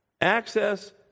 access